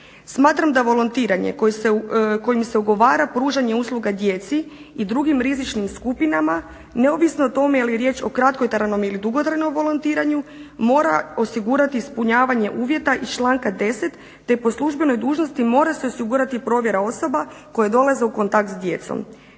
Smatram da volontiranje kojim se ugovara pružanje usluga djeci i drugim rizičnim skupnima neovisno o tome da li je riječ o kratkotrajnom ili dugotrajnom volontiranju mora osigurati ispunjavanje uvjeta iz članka 10 te po službenoj dužnosti mora se osigurati provjera osoba koje dolaze u kontakt s djecom.